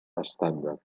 estàndard